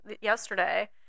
yesterday